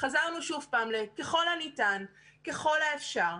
חזרנו שוב פעם ל"ככל הניתן", "ככל האפשר".